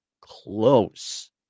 close